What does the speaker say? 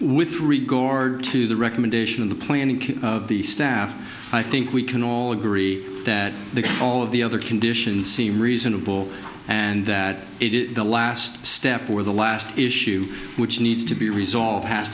with regard to the recommendation of the planning of the staff i think we can all agree that the all of the other condition seem reasonable and that it is the last step where the last issue which needs to be resolved has